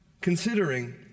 considering